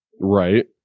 Right